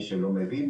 מי שלא מבין,